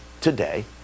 today